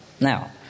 Now